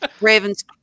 Ravens